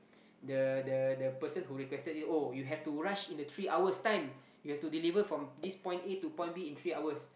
the the the person who requested it oh you have to rush in a three hours time you have to delivery from this point A to point B in three hours